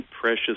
precious